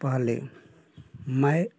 पहले मैं